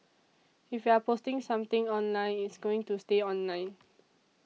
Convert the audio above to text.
if you're posting something online it's going to stay online